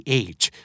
age